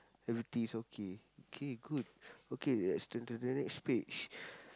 everything is okay okay good okay let's turn to the next page